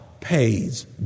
pays